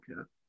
okay